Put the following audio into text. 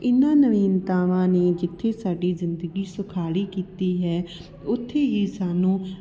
ਇਹਨਾਂ ਨਵੀਨਤਾਵਾਂ ਨੇ ਜਿੱਥੇ ਸਾਡੀ ਜ਼ਿੰਦਗੀ ਸੁਖਾਲੀ ਕੀਤੀ ਹੈ ਉੱਥੇ ਹੀ ਸਾਨੂੰ